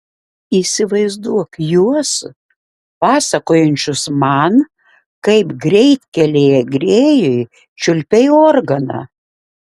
įsivaizduok juos pasakojančius man kaip greitkelyje grėjui čiulpei organą